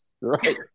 right